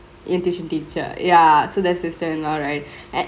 in tuition teacher ya so that's the story now right and